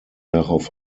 darauf